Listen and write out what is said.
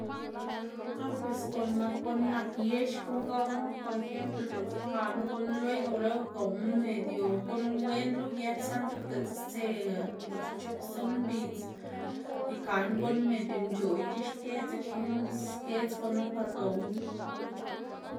Ah pues guꞌn nak guꞌn nak yex guꞌn gowma por ejemplo diꞌtse ikaná guꞌn luego luego gowná medio guꞌn wenla uyë saꞌnde diltsa stse par schop stson mbidz ikaná guꞌn medio nc̲h̲oꞌyc̲h̲e xkë dzekna skedz gunu par gowná.